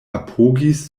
apogis